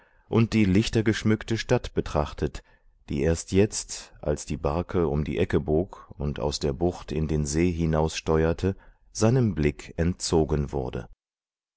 und die lichtergeschmückte stadt betrachtet die erst jetzt als die barke um die ecke bog und aus der bucht in den see hinaussteuerte seinem blick entzogen wurde